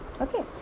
Okay